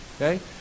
Okay